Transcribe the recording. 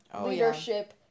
leadership